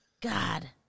God